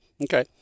Okay